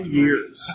years